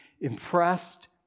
impressed